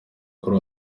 kuri